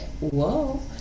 whoa